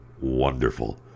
wonderful